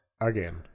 Again